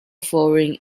foreign